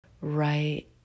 right